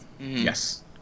Yes